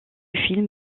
film